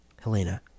Helena